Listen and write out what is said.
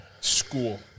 school